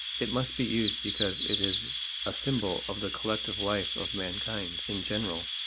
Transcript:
it must be used because it is a symbol of the collective life of mankind in general.